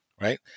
Right